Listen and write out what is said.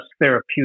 therapeutic